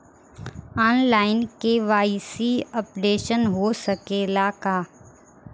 आन line KYC updation हो सकेला का?